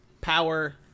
power